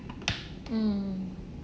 mm